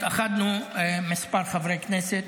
התאחדנו כמה חברי כנסת,